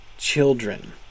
Children